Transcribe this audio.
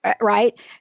Right